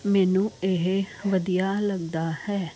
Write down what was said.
ਮੈਨੂੰ ਇਹ ਵਧੀਆ ਲੱਗਦਾ ਹੈ